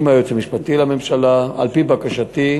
ועם היועץ המשפטי לממשלה, על-פי בקשתי,